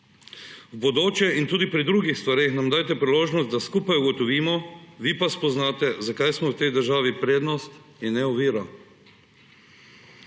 V bodoče in tudi pri drugih stvareh nam dajte priložnost, da skupaj ugotovimo, vi pa spoznate, zakaj smo v tej državi prednost in ne ovira.